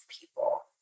people